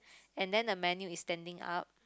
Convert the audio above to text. and then the menu is standing up